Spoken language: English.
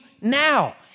now